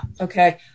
Okay